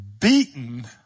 beaten